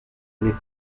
les